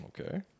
Okay